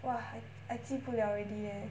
!wah! I I 记不了 already leh